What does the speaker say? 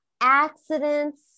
Accidents